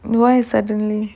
why suddenly